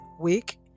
week